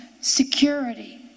Security